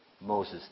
Moses